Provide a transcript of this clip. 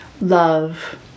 love